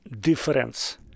difference